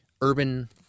urban